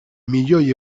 milioi